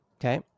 Okay